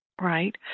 right